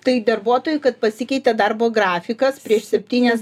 tai darbuotojui kad pasikeitė darbo grafikas prieš septynias